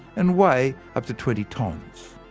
and weigh up to twenty tons.